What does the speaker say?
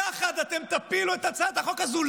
יחד אתם תפילו את הצעת החוק הזו.